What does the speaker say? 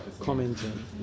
commenting